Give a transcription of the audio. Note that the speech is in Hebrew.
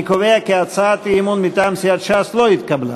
אני קובע כי הצעת האי-אמון מטעם סיעת ש"ס לא התקבלה.